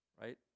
right